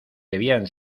debían